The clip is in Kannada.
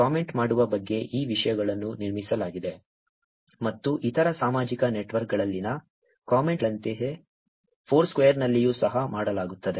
ಕಾಮೆಂಟ್ ಮಾಡುವ ಬಗ್ಗೆ ಈ ವಿಷಯಗಳನ್ನು ನಿರ್ಮಿಸಲಾಗಿದೆ ಮತ್ತು ಇತರ ಸಾಮಾಜಿಕ ನೆಟ್ವರ್ಕ್ಗಳಲ್ಲಿನ ಕಾಮೆಂಟ್ಗಳಂತೆಯೇ ಫೋರ್ಸ್ಕ್ವೇರ್ನಲ್ಲಿಯೂ ಸಹ ಮಾಡಲಾಗುತ್ತದೆ